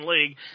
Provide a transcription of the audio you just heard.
League